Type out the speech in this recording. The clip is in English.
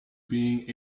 being